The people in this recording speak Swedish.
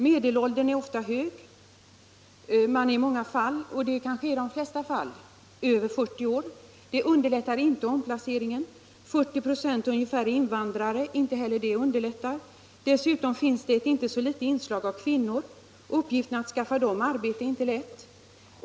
Medelåldern är ofta hög — de som det gäller är väl i de flesta fallen över 40 år. Det underlättar inte omplaceringen. Ungefär 40 96 är invandrare; inte heller det underlättar. Dessutom finns det ett inte så litet inslag av kvinnor. Uppgiften att skaffa dem arbete är inte lätt.